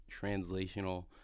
translational